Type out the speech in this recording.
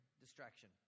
distraction